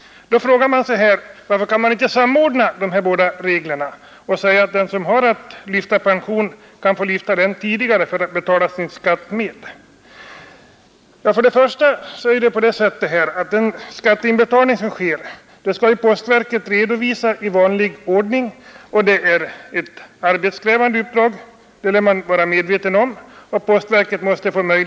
Då frågar man sig: Varför går det inte att samordna de här båda reglerna så att den som har pension kan få lyfta den tidigare för att betala sin skatt med? För det första är det på det sättet att den skatteinbetalning som sker skall postverket redovisa i vanlig ordning, och det är ett både arbetskrävande och tidskrävande arbete; det bör man vara medveten om.